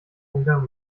umgang